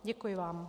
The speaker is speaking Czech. Děkuji vám.